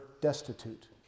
destitute